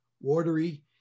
watery